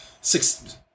six